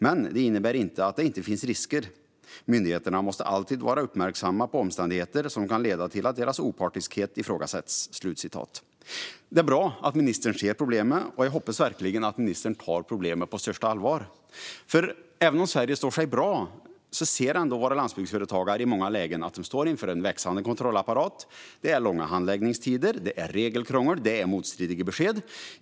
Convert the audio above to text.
Men det innebär inte att det inte finns risker. Myndigheterna måste alltid vara uppmärksamma på omständigheter som kan leda till att deras opartiskhet ifrågasätts." Det är bra att ministern ser problemet. Jag hoppas verkligen att ministern också tar problemet på största allvar, för även om Sverige står sig bra ser vi att våra landsbygdsföretagare i många lägen står inför en växande kontrollapparat, långa handläggningstider, regelkrångel och motstridiga besked.